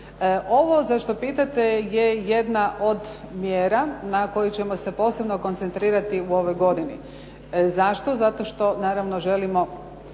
Ovo za što pitate je jedna od mjera na koju ćemo se posebno koncentrirati u ovoj godini. Zašto? Zato što naravno želimo